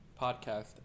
podcast